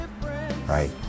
right